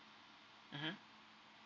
mmhmm